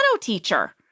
teacher